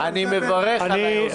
אני מברך על היוזמה.